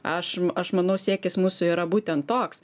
aš aš manau siekis mūsų yra būtent toks